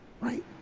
right